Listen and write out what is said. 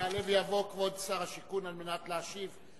יעלה ויבוא כבוד שר השיכון על מנת להשיב.